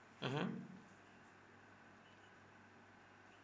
mmhmm